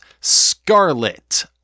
Scarlet